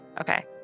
okay